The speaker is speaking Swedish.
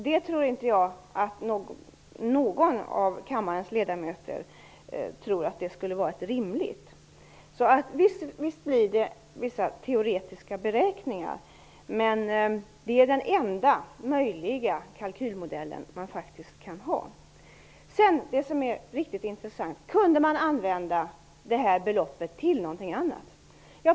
Det är nog ingen av kammarens ledamöter som tror att det skulle vara rimligt. Visst blir det vissa teoretiska beräkningar, men det är den enda möjliga kalkylmodell man kan ha. Sedan går jag över till det som är riktigt intressant: Kunde man använda det här beloppet till någonting annat?